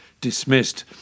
dismissed